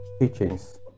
teachings